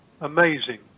amazing